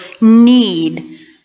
need